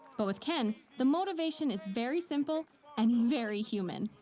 but with ken, the motivation is very simple and very human.